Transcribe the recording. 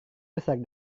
besar